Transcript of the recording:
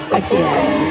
again